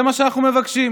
זה מה שאנחנו מבקשים.